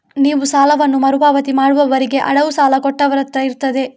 ನೀವು ಸಾಲವನ್ನ ಮರು ಪಾವತಿ ಮಾಡುವವರೆಗೆ ಅಡವು ಸಾಲ ಕೊಟ್ಟವರತ್ರ ಇರ್ತದೆ